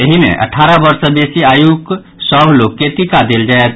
एहि मे अठारह वर्ष सँ बेसी आयुक सभ लोक के टीका देल जायत